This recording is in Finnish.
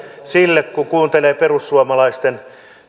sille kun kuuntelee perussuomalaisten